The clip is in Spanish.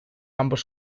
ambos